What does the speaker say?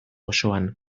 osoan